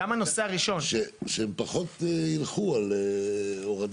גם הנושא הראשון --- שהם פחות ילכו על הורדה.